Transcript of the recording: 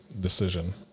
decision